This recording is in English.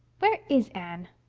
where is anne?